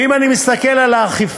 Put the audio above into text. ואם אני מסתכל על האכיפה,